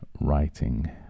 writing